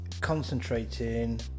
concentrating